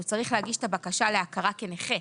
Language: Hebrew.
הוא צריך להגיש את הבקשה להכרה כנכה,